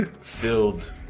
filled